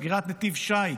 סגירת נתיב שיט,